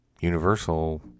Universal